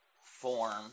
form